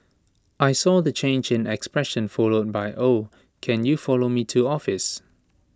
I saw the change in expression followed by oh can you follow me to office